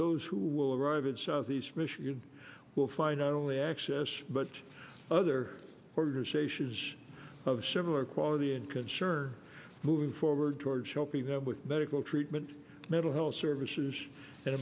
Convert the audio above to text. those who will arrive in southeast michigan will find not only access but other organizations of similar quality and concern moving forward towards helping them with medical treatment mental health services and